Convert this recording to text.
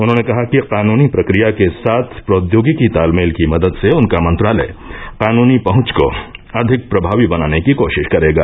उन्होंने कहा कि कानूनी प्रक्रिया के साथ प्रोद्योगिकी तालमेल की मदद से उनका मंत्रालय कानूनी पहंच को अधिक प्रभावी बनाने की कोशिश करेगा